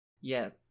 Yes